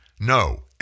No